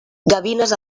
gavines